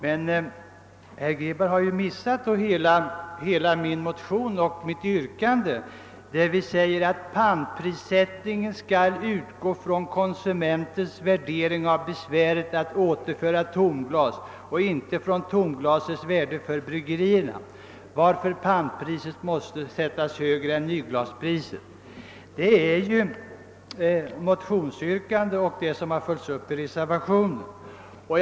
Herr Grebäck har emellertid missat hela vår argumentering, nämligen att pantprissättningen skall utgå från konsumentens värdering av besväret att återföra tomglas och inte från tomglasets värde för bryggerierna, varför pantpriset måste sättas högre än nyglaspriset. Detta är vårt motionsyrkande, som sedan har följts upp i reservationen III.